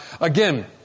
again